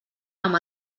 amb